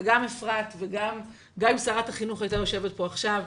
וגם אפרת וגם אם שרת החינוך הייתה יושבת פה עכשיו,